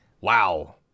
Wow